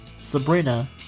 Sabrina